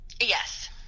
Yes